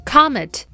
Comet